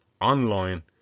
online